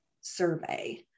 survey